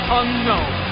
unknown